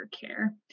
care